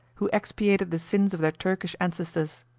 who expiated the sins of their turkish ancestors.